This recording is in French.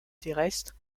terrestre